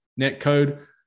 netcode